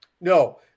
No